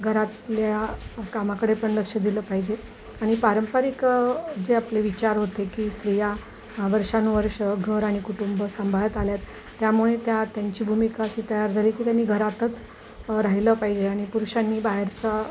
घरातल्या कामाकडे पण लक्ष दिलं पाहिजे आणि पारंपरिक जे आपले विचार होते की स्त्रिया वर्षानुवर्ष घर आणि कुटुंब सांभाळत आल्यात त्यामुळे त्या त्यांची भूमिका अशी तयार झाली की त्यांनी घरातच राहिलं पाहिजे आणि पुरुषांनी बाहेरचा